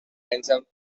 ransom